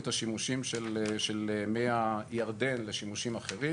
את השימושים של מי הירדן לשימושים אחרים,